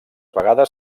vegades